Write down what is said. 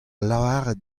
lavaret